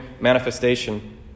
manifestation